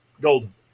golden